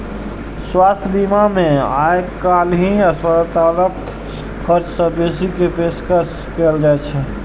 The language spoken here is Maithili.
स्वास्थ्य बीमा मे आइकाल्हि अस्पतालक खर्च सं बेसी के पेशकश कैल जाइ छै